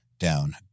Down